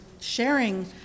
sharing